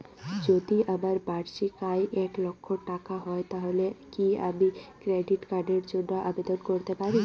যদি আমার বার্ষিক আয় এক লক্ষ টাকা হয় তাহলে কি আমি ক্রেডিট কার্ডের জন্য আবেদন করতে পারি?